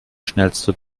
schnellste